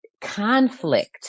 conflict